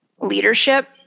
leadership